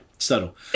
Subtle